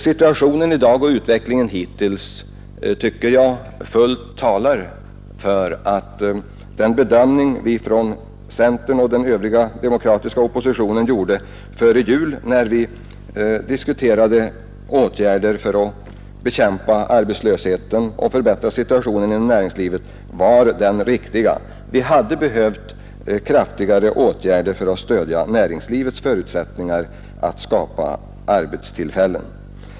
Situationen i dag och utvecklingen hittills tycker jag fullt talar för att den bedömning som centern och den övriga demokratiska opinionen gjorde före jul, när vi diskuterade åtgärder för att bekämpa arbetslösheten och förbättra situationen inom näringslivet, var den riktiga. Vi hade behövt kraftigare åtgärder för att stödja näringslivets möjligheter att skapa arbetstillfällen.